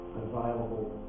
available